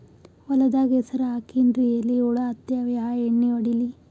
ಹೊಲದಾಗ ಹೆಸರ ಹಾಕಿನ್ರಿ, ಎಲಿ ಹುಳ ಹತ್ಯಾವ, ಯಾ ಎಣ್ಣೀ ಹೊಡಿಲಿ?